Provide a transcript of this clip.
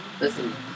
Listen